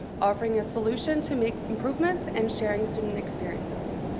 offering a solution to make improvements, and sharing student experiences.